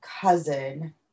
cousin